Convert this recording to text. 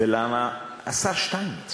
ולמה השר שטייניץ